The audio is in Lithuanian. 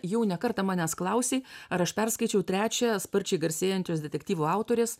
jau ne kartą manęs klausei ar aš perskaičiau trečiąją sparčiai garsėjančios detektyvų autorės